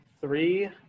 three